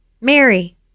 Mary